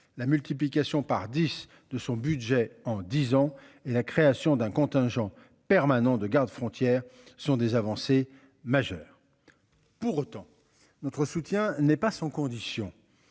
la multiplication par 10 de son budget en 10 ans et la création d'un contingent permanent de gardes frontières sont des avancées majeures. Pour autant. Notre soutien n'est pas sans conditions.